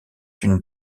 une